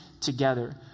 together